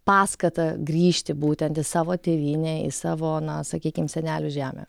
paskata grįžti būtent į savo tėvynę į savo na sakykim senelių žemę